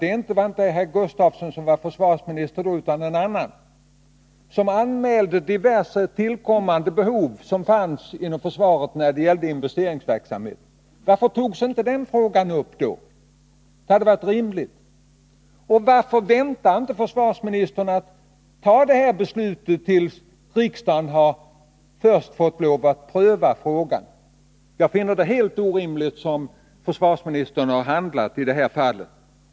Det var inte herr Gustafsson som var försvarsminister då utan en annan, som anmälde diverse tillkommande behov inom försvaret när det gällde investeringar. Varför togs inte den här frågan upp då? Det hade varit rimligt. Och varför väntade inte försvarsministern med att fatta beslut i denna fråga till dess riksdagen fått pröva den? Jag finner försvarsministerns handlande i detta fall helt orimligt.